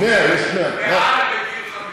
יש 100. יש 130 עובדים מעל לגיל 50,